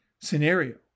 scenario